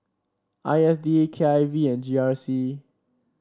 I S D K I V and G R C